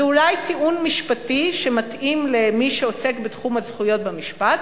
זה אולי טיעון משפטי שמתאים למי שעוסק בתחום הזכויות במשפט,